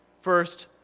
First